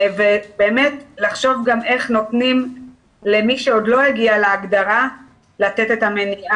ובאמת לחשוב גם איך נותנים למי שעוד לא הגיע להגדרה את המניעה,